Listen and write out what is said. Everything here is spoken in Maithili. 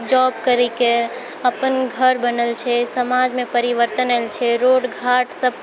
जॉब करिके अपन घर बनल छै समाजमे परिवर्तन आएल छै रोड घाटसब